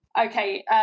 Okay